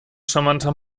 charmanter